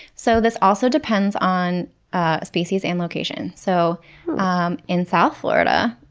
so this also depends on ah species and location. so um in south florida,